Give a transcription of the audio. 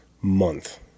month